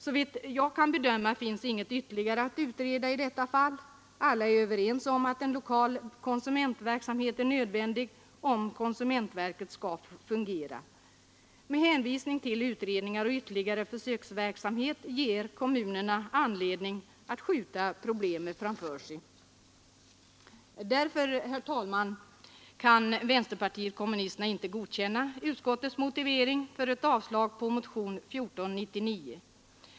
Såvitt jag kan bedöma finns inget ytterligare att utreda i detta fall. Alla är överens om att lokal konsumentverksamhet är nödvändig om konsumentverket skall fungera, men hänvisningen till utredningar och ytterligare försöks verksamhet ger kommunerna anledning att skjuta problemen framför sig. Därför, herr talman, kan vänsterpartiet kommunisterna inte godkänna utskottets motivering för ett avslag på motionen 1499.